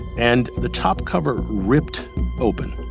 and the top cover ripped open.